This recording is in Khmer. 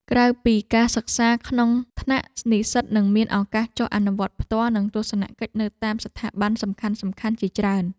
ក្រៅពីការសិក្សាក្នុងថ្នាក់និស្សិតនឹងមានឱកាសចុះអនុវត្តផ្ទាល់និងទស្សនកិច្ចនៅតាមស្ថាប័នសំខាន់ៗជាច្រើន។